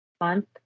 month